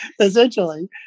essentially